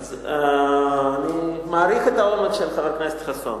אני מעריך את האומץ של חבר הכנסת חסון.